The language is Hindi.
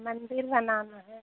मंदिर बनाना है